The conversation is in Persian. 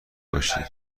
باشی